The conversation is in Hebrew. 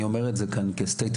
אני אומר את זה כאן כהצהרה,